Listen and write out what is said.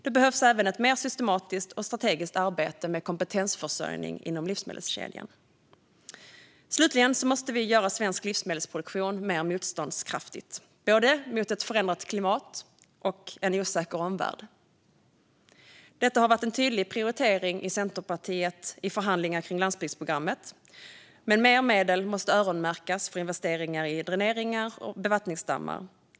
Det behövs även ett mer systematiskt och strategiskt arbete med kompetensförsörjning inom livsmedelskedjan. För det tredje måste vi göra svensk livsmedelsproduktion mer motståndskraftig mot både ett förändrat klimat och en osäker omvärld. Detta har varit en tydlig prioritering för Centerpartiet i förhandlingar kring landsbygdsprogrammet, men mer medel måste öronmärkas för investeringar i dräneringar och bevattningsdammar.